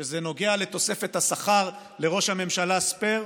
כשזה נוגע לתוספת השכר לראש הממשלה ספייר,